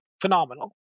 Phenomenal